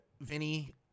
Vinny